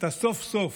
אתה סוף-סוף,